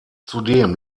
zudem